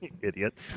Idiot